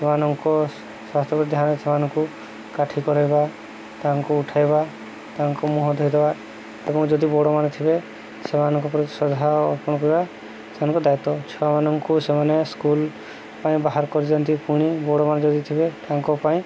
ସେମାନଙ୍କ ସ୍ୱାସ୍ଥ୍ୟ ପ୍ରତି ଧ୍ୟାନରେ ସେମାନଙ୍କୁ ଏକାଠି କରେଇବା ତାଙ୍କୁ ଉଠାଇବା ତାଙ୍କୁ ମୁହଁ ଧୋଇଦବା ଏବଂ ଯଦି ବଡ଼ମାନେ ଥିବେ ସେମାନଙ୍କ ପ୍ରତି ଶ୍ରଦ୍ଧା ଅର୍ପଣ କରିବା ସେମାନଙ୍କ ଦାୟିତ୍ଵ ଛୁଆମାନଙ୍କୁ ସେମାନେ ସ୍କୁଲ ପାଇଁ ବାହାର କରିଦିଅନ୍ତି ପୁଣି ବଡ଼ମାନେ ଯଦି ଥିବେ ତାଙ୍କ ପାଇଁ